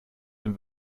dem